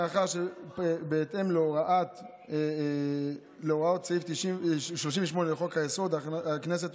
בהתאם להוראות סעיף 38 לחוק-יסוד: הכנסת,